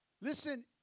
Listen